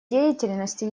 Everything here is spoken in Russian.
деятельности